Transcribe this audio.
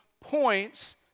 points